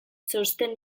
txosten